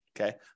Okay